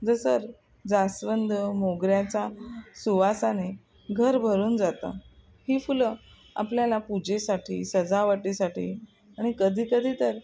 जसं जास्वंद मोगऱ्याचा सुवासाने घर भरून जातं ही फुलं आपल्याला पूजेसाठी सजावटीसाठी आणि कधीकधी तर